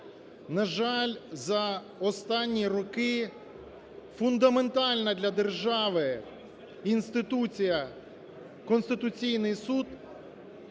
На жаль, за останні роки фундаментальна для держави інституція Конституційний Суд